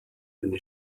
eine